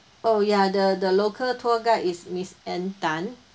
oh ya the the local tour guide is miss ann tan